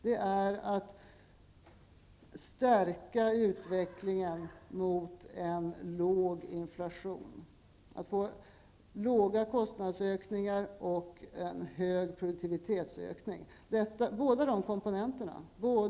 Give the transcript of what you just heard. Det centrala för mig är att stärka utvecklingen mot en låg inflation, att få låga kostnadsökningar och en hög produktivitetsökning.